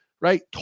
right